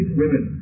women